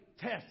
Test